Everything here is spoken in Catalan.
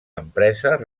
empreses